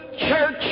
church